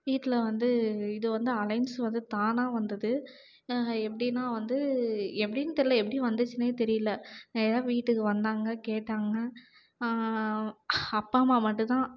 வீட்டில் வந்து இது வந்து அலைன்ஸ் வந்து தானாக வந்தது எப்டின்னா வந்து எப்டின்னு தெரில எப்படி வந்துச்சுன்னே தெரியல நேராக வீட்டுக்கு வந்தாங்க கேட்டாங்க அப்பா அம்மா மட்டும்தான்